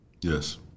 Yes